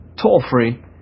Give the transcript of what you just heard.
Toll-free